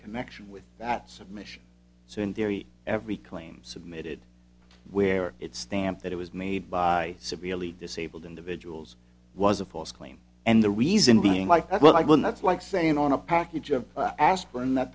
connection with that submission so in theory every claim submitted where it's stamped that it was made by severely disabled individuals was a false claim and the reason being like well i mean that's like saying on a package of aspirin that